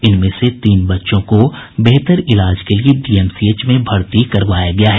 इनमें से तीन बच्चों को बेहतर इलाज के लिए डीएमसीएच में भर्ती करवाया गया है